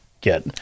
get